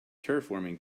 terraforming